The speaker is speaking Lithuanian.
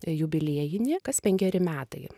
jubiliejinį kas penkeri metai